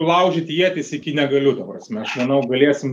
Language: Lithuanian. sulaužyt ietis iki negaliu ta prasme aš manau galėsim